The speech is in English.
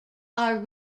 are